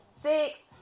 six